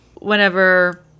Whenever